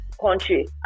country